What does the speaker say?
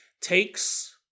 takes